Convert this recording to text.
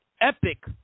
epic